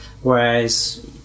whereas